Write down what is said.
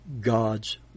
God's